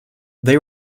they